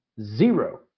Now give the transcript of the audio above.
Zero